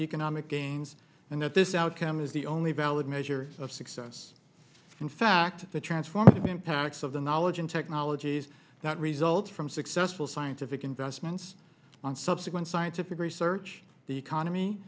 economic gains and that this outcome is the only valid measure of success in fact the transformative impacts of the knowledge and technologies that result from successful scientific investments on subsequent scientific research the economy